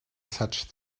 such